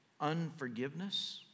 unforgiveness